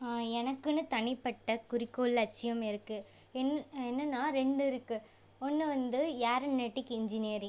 எனக்குனு தனிப்பட்ட குறிக்கோள் லட்சியம் இருக்குது என் என்னெனனா ரெண்டு இருக்குது ஒன்று வந்து ஏரனெட்டிக் இன்ஜினியரிங்